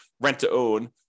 rent-to-own